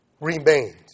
remains